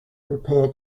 prepare